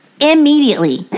immediately